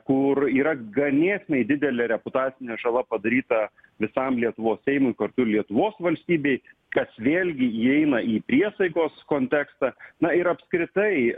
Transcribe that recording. kur yra ganėtinai didelė reputacinė žala padaryta visam lietuvos seimui kartu ir lietuvos valstybei kas vėlgi įeina į priesaikos kontekstą na ir apskritai